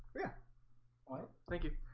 yeah what thank you,